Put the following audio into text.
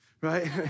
right